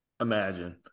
Imagine